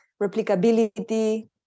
replicability